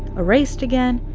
erased again,